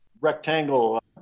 rectangle